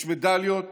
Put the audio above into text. יש מדליות